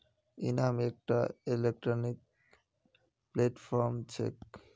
इनाम एकटा electronic platform छेक